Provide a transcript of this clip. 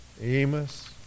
Amos